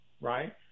right